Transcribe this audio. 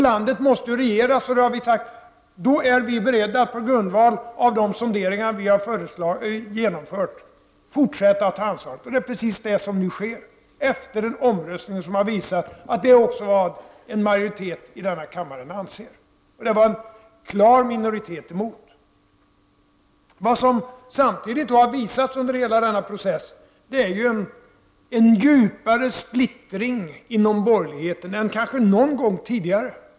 Landet måste regeras, och vi sade då att vi är beredda att på grundval av de sonderingar vi har genomfört fortsätta att ta ansvar. Det är precis det som nu sker, efter en omröstning som har visat att det också är vad en majoritet i denna kammare anser. Det var en klar minoritet som var emot det. Samtidigt har under hela denna process visats en splittring inom borgerligheten som är djupare än kanske någon gång tidigare.